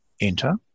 enter